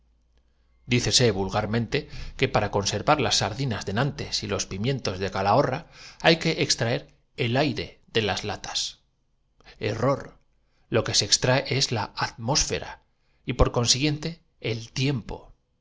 dícese vulgarmente que para conservar las sardinas y la abri mos en el momento en de nantes y los pimientos de calahorra hay que que la descomposición empie za si tomamos una cuchara extraer el aire de las latas error lo que se extrae es y con ella empezamos a la atmósjera y por consiguiente el tiempo